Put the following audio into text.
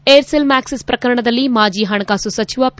Aircel Maxis ಪ್ರಕರಣದಲ್ಲಿ ಮಾಜಿ ಹಣಕಾಸು ಸಚಿವ ಖಿ